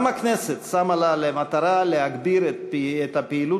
גם הכנסת שמה לה למטרה להגביר את הפעילות